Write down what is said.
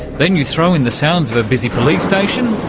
then you throw in the sounds of a busy police station,